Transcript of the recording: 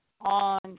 on